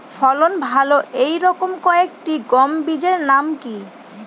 ফলন ভালো এই রকম কয়েকটি গম বীজের নাম কি?